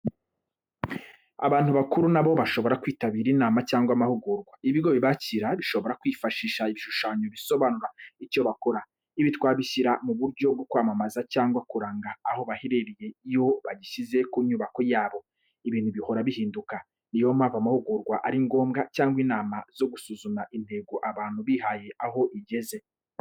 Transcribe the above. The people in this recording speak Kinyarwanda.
Abantu bakuru na bo bashobora kwitabira inama cyangwa amahugurwa. Ibigo bibakira bishobora kwifashisha ibishushanyo bisobanura icyo bakora. Ibi twabishyira mu buryo bwo kwamamaza cyangwa kuranga aho baherereye iyo bagishyize ku nyubako yabo. Ibintu bihora bihinduka, ni yo mpamvu amahugurwa ari ngombwa, cyangwa inama zo gusuzuma intego abantu bihaye aho igeze.